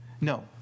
No